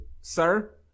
sir